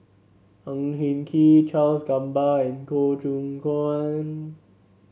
Ang Hin Kee Charles Gamba and Goh Choon Kang